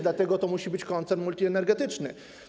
Dlatego to musi być koncern multienergetyczny.